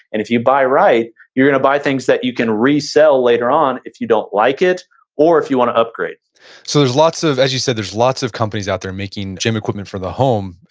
and if you buy right you're gonna buy things that you can resell later on if you don't like it or if you wanna upgrade so there's lots of, as you said, there's lots of companies out there making gym equipment for the home,